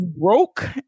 broke